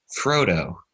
Frodo